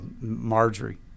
Marjorie